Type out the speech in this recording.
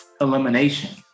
elimination